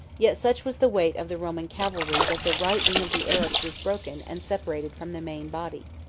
yet such was the weight of the roman cavalry, that the right wing of the arabs was broken and separated from the main body.